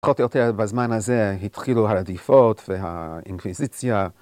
פחות או יותר בזמן הזה התחילו הרדיפות והאינקוויזיציה.